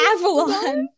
Avalon